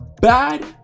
bad